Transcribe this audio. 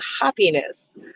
happiness